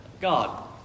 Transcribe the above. God